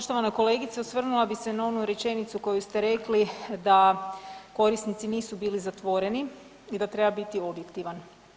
Poštovana kolegice, osvrnula bi se na onu rečenicu koju ste rekli da korisnici nisu bili zatvoreni i da treba biti objektivan.